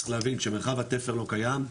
צריך להבין שמרחב התפר לא קיים,